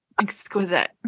Exquisite